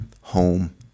home